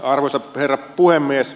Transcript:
arvoisa herra puhemies